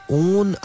own